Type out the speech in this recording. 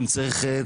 ואם צריך,